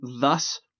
thus